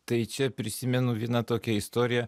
tai čia prisimenu vieną tokią istoriją